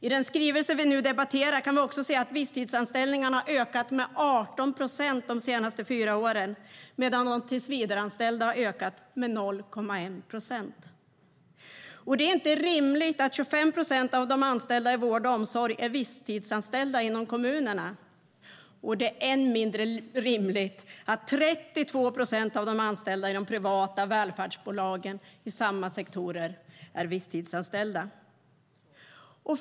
I den skrivelse vi nu debatterar kan vi se att visstidsanställningarna har ökat med 18 procent de senaste fyra åren medan de tillsvidareanställda har ökat med 0,1 procent. Det är inte rimligt att 25 procent av de anställda i vård och omsorg är visstidsanställda inom kommunerna, och det är än mindre rimligt att 32 procent av de anställda i de privata välfärdsbolagen i samma sektorer är visstidsanställda.